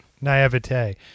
Naivete